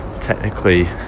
technically